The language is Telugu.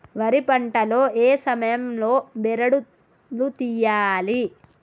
వరి పంట లో ఏ సమయం లో బెరడు లు తియ్యాలి?